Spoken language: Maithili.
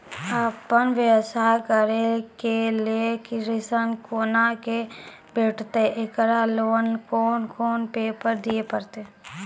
आपन व्यवसाय करै के लेल ऋण कुना के भेंटते एकरा लेल कौन कौन पेपर दिए परतै?